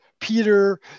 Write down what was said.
Peter